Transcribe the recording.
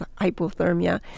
hypothermia